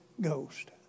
Ghost